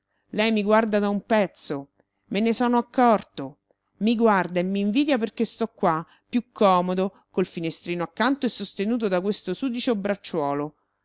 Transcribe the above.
lei mi guarda da un pezzo me ne sono accorto mi guarda e m'invidia perché sto qua più comodo col finestrino accanto e sostenuto da questo sudicio bracciuolo